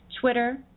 Twitter